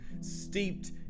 steeped